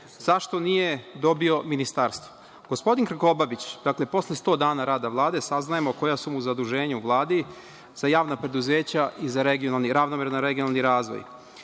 zašto nije dobio ministarstvo? Gospodin Krkobabić, dakle, posle 100 dana rada Vlade, saznajemo koja su mu zaduženja u Vladi, za javna preduzeća i za ravnomerni regionalni razvoj. Što